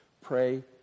Pray